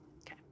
Okay